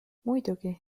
muidugi